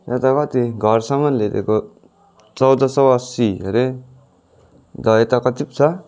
यहाँ त कति घरसम्म ल्याइदिएको चौध सय असी अरे कति पो छ